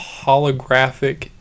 holographic